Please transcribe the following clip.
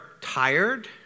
tired